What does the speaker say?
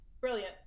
Brilliant